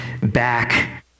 back